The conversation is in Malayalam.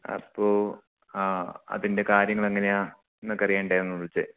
അപ്പോൾ ആ അതിന്റെ കാര്യങ്ങൾ എങ്ങനെയാണ് എന്നൊക്കെ അറിയാനായിട്ടായിരുന്നു വിളിച്ചത്